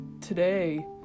today